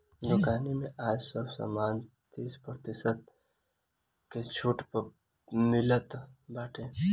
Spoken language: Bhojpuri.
दुकानी में आज सब सामान तीस प्रतिशत के छुट पअ मिलत बाटे